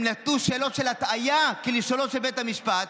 הם נתנו שאלות של הטעיה, כלשונו של בית המשפט.